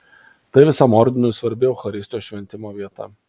tai visam ordinui svarbi eucharistijos šventimo vieta